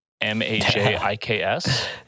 M-A-J-I-K-S